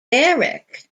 eric